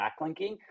backlinking